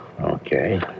Okay